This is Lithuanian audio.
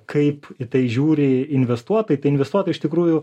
kaip į tai žiūri investuotojai tai investuotojai iš tikrųjų